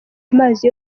amazi